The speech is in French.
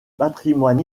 patrimoine